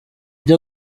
byo